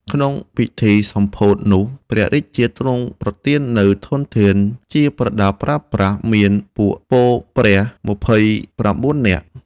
ក្នុងពិធីសម្ពោធនោះ ព្រះរាជាទ្រង់ប្រទាននូវធនធានជាប្រដាប់ប្រើប្រាស់ មានពួកពលព្រះ ២៩នាក់